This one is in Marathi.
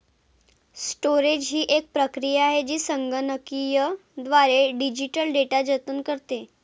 स्टोरेज ही एक प्रक्रिया आहे जी संगणकीयद्वारे डिजिटल डेटा जतन करते